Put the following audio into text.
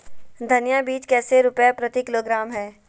धनिया बीज कैसे रुपए प्रति किलोग्राम है?